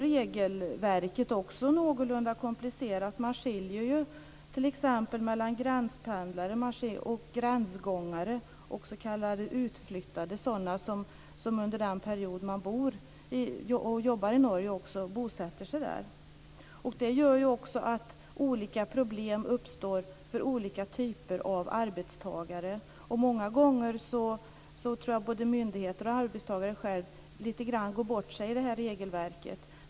Regelverket är också någorlunda komplicerat. Man skiljer t.ex. mellan gränspendlare och gränsgångare och s.k. utflyttade sådana, som under den period de jobbar i Norge också bosätter sig där. Det gör också att olika problem uppstår för olika typer av arbetstagare. Många gånger tror jag att både myndigheter och arbetstagare lite grann går bort sig i detta regelverk.